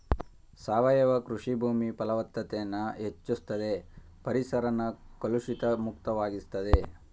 ಸಾವಯವ ಕೃಷಿ ಭೂಮಿ ಫಲವತ್ತತೆನ ಹೆಚ್ಚುಸ್ತದೆ ಪರಿಸರನ ಕಲುಷಿತ ಮುಕ್ತ ವಾಗಿಸ್ತದೆ